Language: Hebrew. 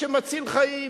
שמציל חיים,